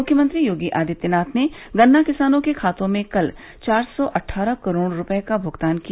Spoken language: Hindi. मुख्यमंत्री योगी आदित्यनाथ ने गन्ना किसानों के खातों में कल चार सौ अटठारह करोड़ रुपये का भगतान किया